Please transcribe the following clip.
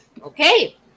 Okay